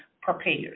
prepared